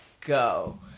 go